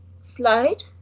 slide